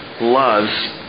loves